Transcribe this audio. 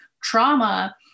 trauma